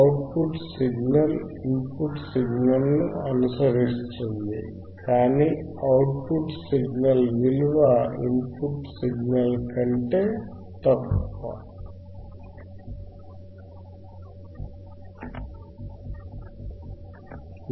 out put signal input signal ను అనుసరిస్తుంది కానీ అవుట్ పుట్ సిగ్నల్ విలువ ఇన్ పుట్ సిగ్నల్ కంటే తక్కువ గా ఉంటుంది